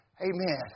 Amen